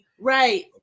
right